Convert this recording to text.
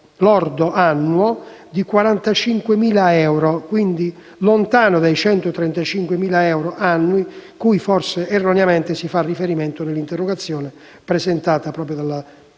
lordo annuo di 45.000 euro, quindi ben lontano dai 135.000 euro annui cui forse erroneamente si fa riferimento nell'interrogazione presentata dalla senatrice